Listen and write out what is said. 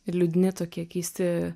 ir liūdni tokie keisti